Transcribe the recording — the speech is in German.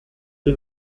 die